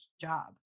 job